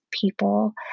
people